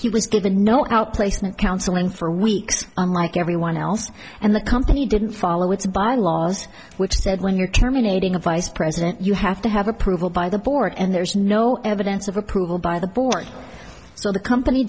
he was given no outplacement counseling for weeks on like everyone else and the company didn't follow its bylaws which said when you're terminating a vice president you have to have approval by the board and there's no evidence of approval by the board so the company